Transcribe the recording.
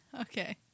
Okay